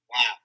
Wow